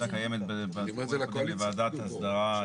קיימת בסיפור הקודם בוועדת הסדרה,